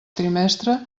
trimestre